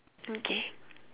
okay